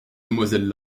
demoiselles